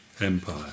Empire